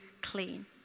clean